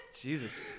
Jesus